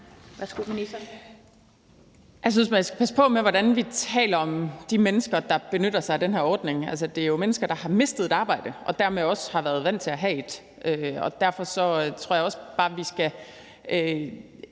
Halsboe-Jørgensen): Jeg synes, vi skal passe på med, hvordan vi taler om de mennesker, der benytter sig af den her ordning. Altså, det er jo mennesker, der har mistet et arbejde og dermed også har været vant til at have et. Derfor tror jeg, at vi måske